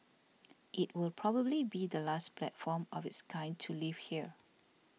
it will probably be the last platform of its kind to leave here